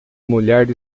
mulher